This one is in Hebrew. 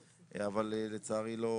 אבל לצערי לא.